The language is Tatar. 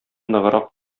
ныграк